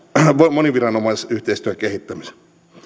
moniviranomaisyhteistyön kehittämisen on